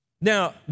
Now